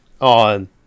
on